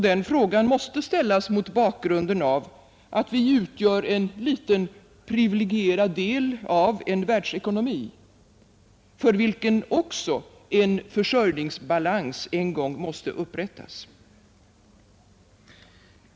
Den frågan måste ställas mot bakgrunden av att vi utgör en liten privilegierad del av en världsekonomi, för vilken också en försörjningsbalans en gång måste upprättas.